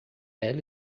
ela